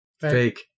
Fake